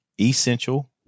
essential